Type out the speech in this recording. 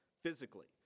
physically